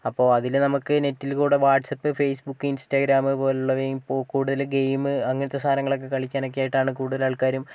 അപ്പോൾ അതിൽ നമുക്ക് നെറ്റിൽക്കൂടെ വാട്സാപ്പ് ഫേസ്ബുക്ക് ഇൻസ്റ്റാഗ്രാം പോലുള്ളവയും ഇപ്പോൾ കൂടുതൽ ഗെയിമ് അങ്ങനത്തെ സാധനങ്ങളൊക്കെ കളിക്കാനൊക്കെയായിട്ട് കൂടുതലാൾക്കാരും